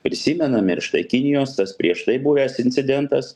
prisimenam ir štai kinijos tas prieš tai buvęs incidentas